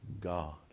God